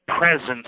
presence